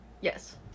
Yes